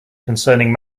concerning